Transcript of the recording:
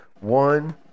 one